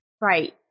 right